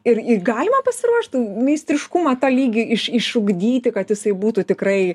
ir ir galima pasiruošt meistriškumą tą lygį iš išugdyti kad jisai būtų tikrai